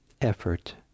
effort